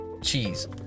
cheese